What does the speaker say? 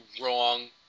wrong